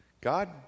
God